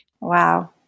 Wow